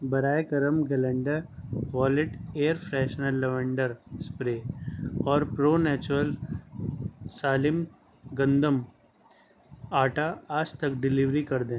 براہ کرم گلینڈر والیڈ ایئر فریشنر لونڈر اسپرے اور پرو نیچرل سالم گندم آٹا آج تک ڈیلیوری کر دیں